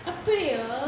அப்டியா:apdiyaa